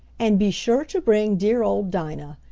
and be sure to bring dear old dinah!